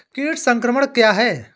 कीट संक्रमण क्या है?